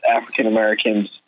African-Americans